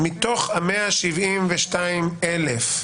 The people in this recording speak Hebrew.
מתוך 172,000,